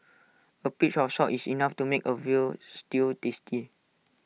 A pinch of salt is enough to make A Veal Stew tasty